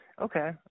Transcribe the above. okay